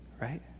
right